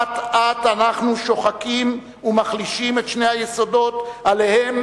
אט-אט אנו שוחקים ומחלישים את שני היסודות שעליהם